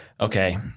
Okay